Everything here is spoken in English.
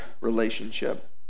relationship